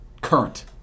current